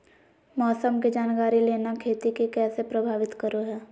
मौसम के जानकारी लेना खेती के कैसे प्रभावित करो है?